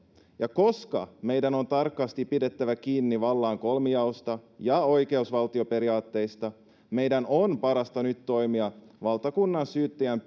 ja koska meidän on tarkasti pidettävä kiinni vallan kolmijaosta ja oikeusvaltioperiaatteista meidän on parasta nyt toimia valtakunnansyyttäjän